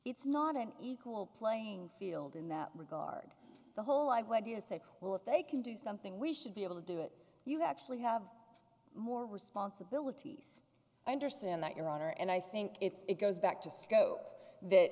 it's not an equal playing field in that regard the whole i want to say well if they can do something we should be able to do it you actually have more responsibilities i understand that your honor and i think it's it goes back to scope that